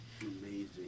amazing